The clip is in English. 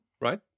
right